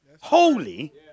Holy